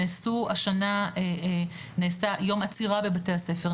נעשה השנה יום עצירה בבתי הספר,